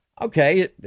Okay